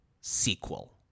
sequel